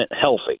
healthy